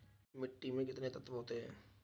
मिट्टी में कितने तत्व होते हैं?